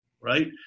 right